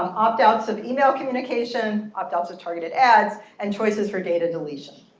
opt outs of email communication, opt outs of targeted ads, and choices for data deletion.